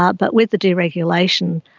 ah but with the deregulation,